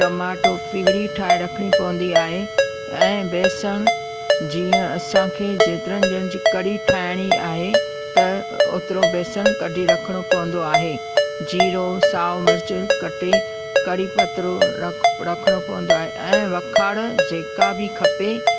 tomato puree ठाहे रखणी पवंदी आहे ऐं बेसण जीअं असांखे जेतिरनि ॼणण जी कढ़ी ठाहिणी आहे त ओतिरो बेसण कढी रखणो पवंदो आहे जीरो साओ मिर्चु कटे कढ़ी पतो रखिणो पवंदो आहे ऐं वखाण जेका बि खपे